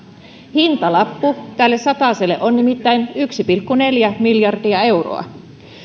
hintalappu tälle sataselle on nimittäin yksi pilkku neljä miljardia euroa